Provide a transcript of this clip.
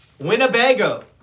Winnebago